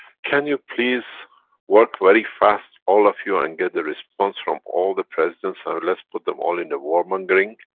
can you please work very fast, all of you, and get the response from all the presidents and let's put them all in the warmongering?